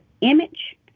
image